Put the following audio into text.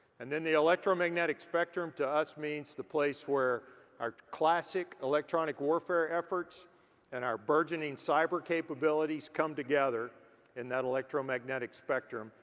and then the electromagnetic spectrum to us means the place where our classic electronic warfare efforts and our burgeoning cyber capabilities come together in that electromagnetic spectrum.